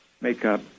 makeup